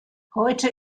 heute